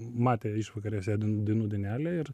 matė išvakarėse dainų dainelę ir